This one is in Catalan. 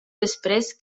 després